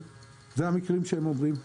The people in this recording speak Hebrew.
ואלה המקרים שהם מדברים עליהם.